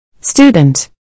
Student